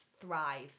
thrive